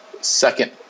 second